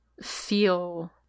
feel